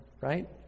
right